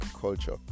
culture